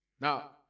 Now